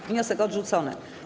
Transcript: Wniosek odrzucony.